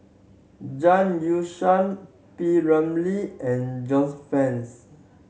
Zhang Youshuo P Ramlee and Joyce Fans